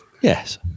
Yes